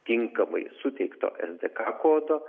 tinkamai suteikto es dė ka kodo